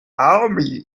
army